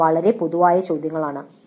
ഇവ വളരെ പൊതുവായ ചോദ്യങ്ങളാണ്